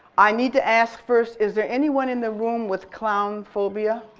i need to ask first is there anyone in the room with clown phobia?